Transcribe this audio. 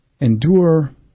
endure